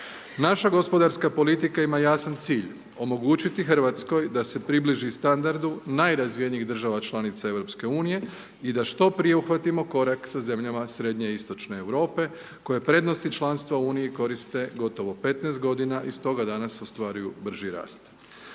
Naša gospodarska politika ima jasan cilj, omogućiti Hrvatskoj da se približi standardu najrazvijenijih država članica Europske unije i da što prije uhvatimo korak sa zemljama srednje i istočne Europe, koje prednosti članstva u Uniji koriste gotovo 15 godina, i stoga danas ostvaruju brži rast.